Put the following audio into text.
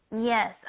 Yes